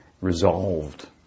resolved